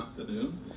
afternoon